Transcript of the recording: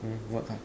what are